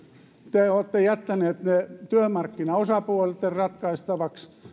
te olette jättäneet ne työmarkkinaosapuolten ratkaistavaksi